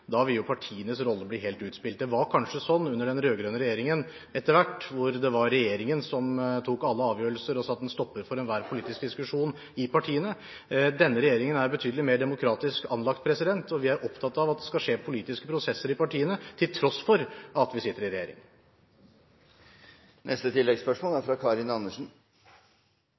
Da vil partienes rolle bli helt utspilt. Det var kanskje sånn under den rød-grønne regjeringen etter hvert, hvor det var regjeringen som tok alle avgjørelser og satte en stopper for enhver politisk diskusjon i partiene. Denne regjeringen er betydelig mer demokratisk anlagt, og vi er opptatt av at det skal skje politiske prosesser i partiene til tross for at vi sitter i regjering.